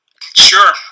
Sure